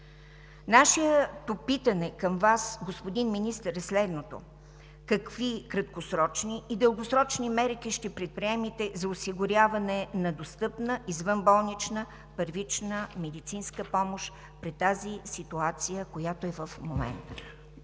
Питането ни към Вас, господин Министър, е следното: какви краткосрочни и дългосрочни мерки ще предприемете за осигуряване на достъпна извънболнична първична медицинска помощ при тази ситуация, която е в момента?